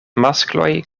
maskloj